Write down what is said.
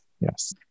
Yes